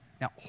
Now